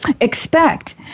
expect